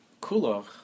Kulach